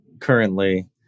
currently